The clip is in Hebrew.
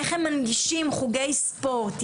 איך הם מנגישים חוגי ספורט,